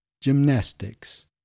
gymnastics